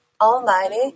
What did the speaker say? Almighty